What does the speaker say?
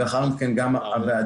לאחר מכן גם הוועדה.